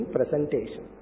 Presentation